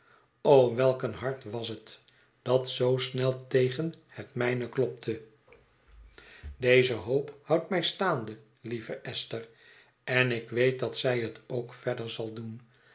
o welk een hart was het dat zoo snel tegen het mijne klopte deze hoop houdt mij staande lieve esther en ik weet dat zij het ook verder zal doen